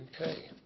Okay